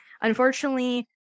unfortunately